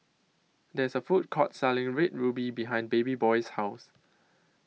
There IS A Food Court Selling Red Ruby behind Babyboy's House